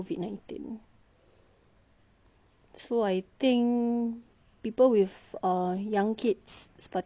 so I think people with uh young kids sepatutnya maybe could just do something else lah